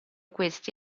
questi